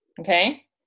okay